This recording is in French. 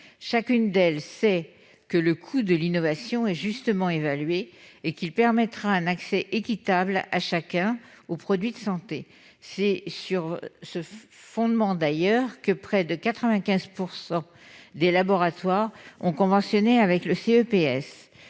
Chacune d'elle sait que le coût de l'innovation est justement évalué et qu'il permettra un accès équitable de chacun aux produits de santé. C'est d'ailleurs sur ce fondement que près de 95 % des laboratoires ont conventionné avec le CEPS.